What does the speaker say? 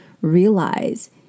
realize